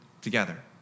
together